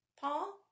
Paul